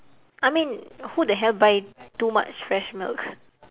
I mean who the hell buy too much fresh milk